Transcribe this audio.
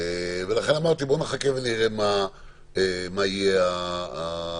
לכן אמרתי, בואו נחכה ונראה מה יהיו ההחלטות.